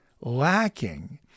lacking